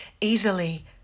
easily